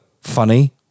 funny